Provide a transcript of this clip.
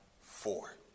four